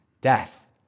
death